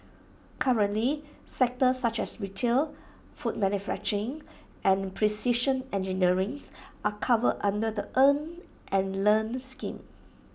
currently sectors such as retail food manufacturing and precision engineering's are covered under the earn and learn scheme